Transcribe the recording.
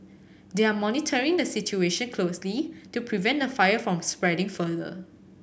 they are monitoring the situation closely to prevent the fire from spreading further